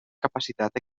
capacitat